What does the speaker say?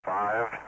Five